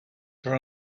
for